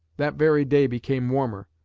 that very day became warmer,